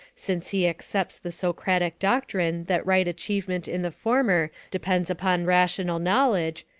since he accepts the socratic doctrine that right achievement in the former depends upon rational knowledge,